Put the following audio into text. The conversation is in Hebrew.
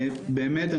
באמת,